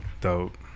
Dope